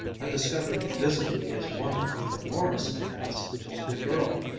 a discovery visibly as wonderful for morrison as for the girl.